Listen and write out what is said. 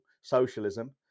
socialism